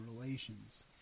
relations